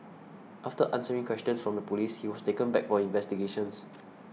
after answering questions from the police he was taken back for investigations